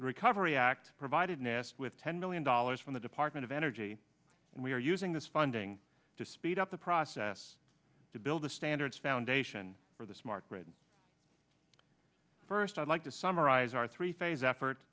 recovery act provided nest with ten million dollars from the department of energy and we are using this funding to speed up the process to build the standards foundation for the smart grid first i'd like to summarize our three phase effort